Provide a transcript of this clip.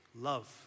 love